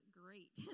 great